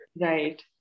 Right